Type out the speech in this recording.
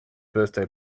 birthday